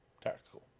tactical